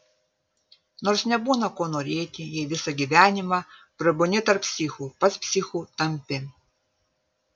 nors nebūna ko norėti jei visą gyvenimą prabūni tarp psichų pats psichu tampi